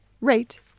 rate